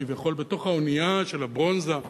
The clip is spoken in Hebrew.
כביכול בתוך האונייה של הברונזה,